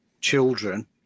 children